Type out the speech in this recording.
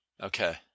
Okay